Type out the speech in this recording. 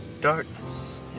darkness